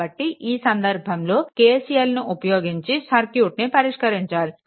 కాబట్టి ఈ సందర్భంలో KCLని ఉపయోగించి సర్క్యూట్ని పరిష్కరించాలి